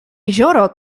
jezioro